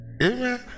Amen